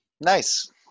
Nice